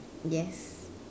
yes